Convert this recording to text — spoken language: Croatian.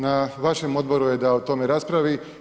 Na vašem odboru je da o tome raspravi.